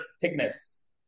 thickness